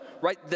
right